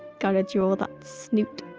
gotta draw that snoot